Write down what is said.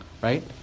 right